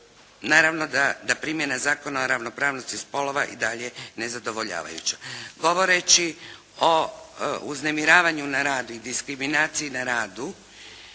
naravno da primjena Zakona o ravnopravnosti spolova i dalje nezadovoljavajuća. Govoreći o uznemiravanju na radu i diskriminaciji na radu